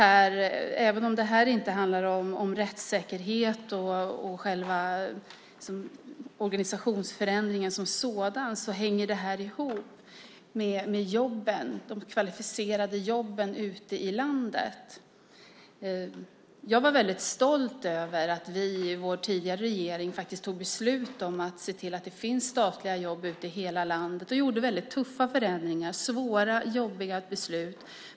Även om det inte handlar om rättssäkerhet och själva organisationsförändringen som sådan hänger det ihop med de kvalificerade jobben ute i landet. Jag var väldigt stolt över att vi i vår tidigare regering fattade beslut om att det ska finnas statliga jobb ute i hela landet. Vi gjorde väldigt tuffa förändringar. Det var svåra och jobbiga beslut.